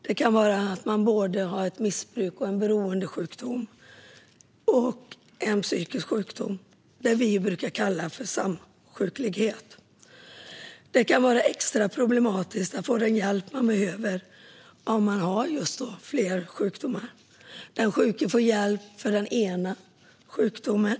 Det kan vara så att man har såväl ett missbruk och en beroendesjukdom som en psykisk sjukdom - det vi brukar kalla samsjuklighet. Det kan vara extra problematiskt att få den hjälp man behöver om man har flera sjukdomar. Den sjuke får hjälp för den ena sjukdomen.